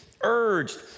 urged